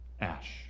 Ash